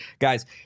Guys